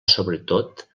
sobretot